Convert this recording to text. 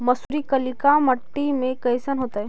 मसुरी कलिका मट्टी में कईसन होतै?